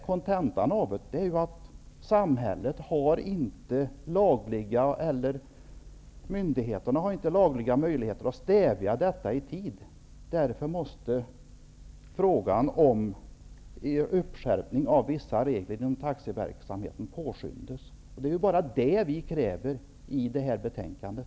Kontentan härav är att myndigheterna inte har lagliga möjligheter att stävja detta i tid och att en skärpning av vissa regler inom taxiverksamheten måste påskyndas. Det är bara det som vi kräver i betänkandet.